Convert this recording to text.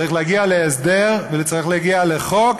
צריך להגיע להסדר וצריך להגיע לחוק,